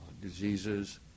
diseases